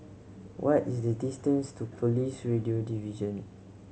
what is the distance to Police Radio Division